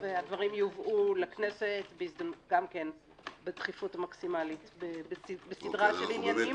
הדברים יובאו לכנסת בדחיפות המקסימלית בסדרת עניינים.